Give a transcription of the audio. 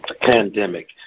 pandemic